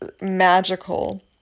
magical